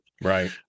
Right